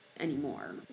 Anymore